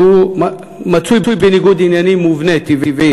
שמצוי בניגוד עניינים מובנה, טבעי.